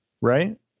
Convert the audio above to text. right